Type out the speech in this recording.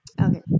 Okay